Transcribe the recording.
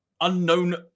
unknown